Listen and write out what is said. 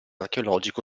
archeologico